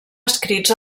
escrits